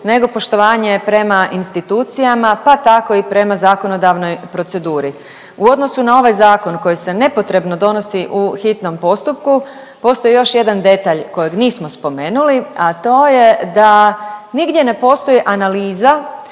nego poštovanje prema institucijama, pa tako i prema zakonodavnoj proceduri. U odnosu na ovaj Zakon koji se nepotrebno donosi u hitnom postupku, postoji još jedan detalj kojeg nismo spomenuli, a to je da nigdje ne postoji analiza